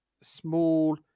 small